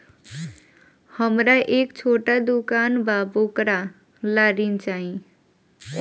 हमरा एक छोटा दुकान बा वोकरा ला ऋण चाही?